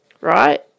right